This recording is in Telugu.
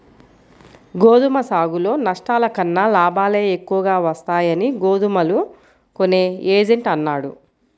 గోధుమ సాగులో నష్టాల కన్నా లాభాలే ఎక్కువగా వస్తాయని గోధుమలు కొనే ఏజెంట్ అన్నాడు